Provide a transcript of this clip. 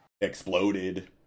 exploded